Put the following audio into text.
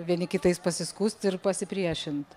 vieni kitais pasiskųst ir pasipriešint